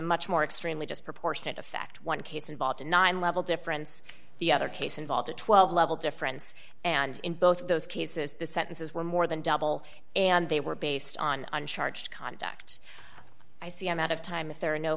much more extremely just proportionate effect one case involved in nine level difference the other case involved a twelve level difference and in both of those cases the sentences were more than double and they were based on one charge conduct i c m out of time if there are no